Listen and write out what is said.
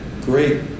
great